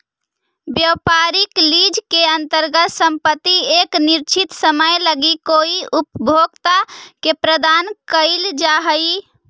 व्यापारिक लीज के अंतर्गत संपत्ति एक निश्चित समय लगी कोई उपभोक्ता के प्रदान कईल जा हई